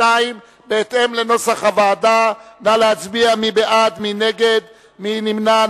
שמונה בעד, 51 נגד, אין נמנעים.